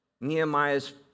Nehemiah's